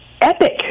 epic